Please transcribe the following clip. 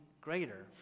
greater